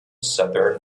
southern